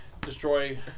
destroy